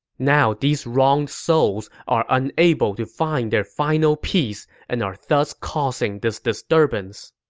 now these wronged souls are unable to find their final peace and are thus causing this disturbance.